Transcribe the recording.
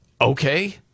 Okay